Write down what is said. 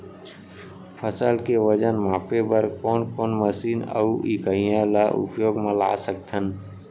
फसल के वजन मापे बर कोन कोन मशीन अऊ इकाइयां ला उपयोग मा ला सकथन?